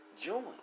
join